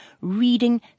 reading